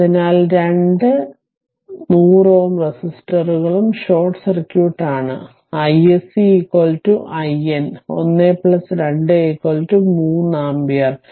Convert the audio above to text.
അതിനാൽ രണ്ട് 100 Ω റെസിസ്റ്ററുകളും ഷോർട്ട് സർക്യൂട്ടാണ് iSC IN 1 2 3 ആമ്പിയർ